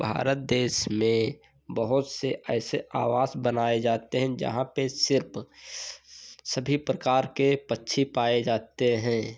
भारत देश में बहुत से ऐसे आवास बनाए जाते हैं जहाँ पर सिर्फ सभी प्रकार के पक्षी पाए जाते हैं